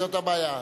זאת הבעיה,